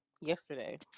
yesterday